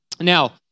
Now